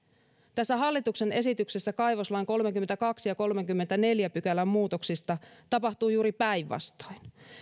tässä hallituksen esityksessä kaivoslain kolmannenkymmenennentoisen ja kolmannenkymmenennenneljännen pykälän muutoksista tapahtuu juuri päinvastoin